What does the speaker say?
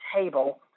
table